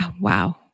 Wow